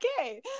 okay